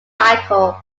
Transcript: cycle